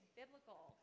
biblical